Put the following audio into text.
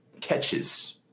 catches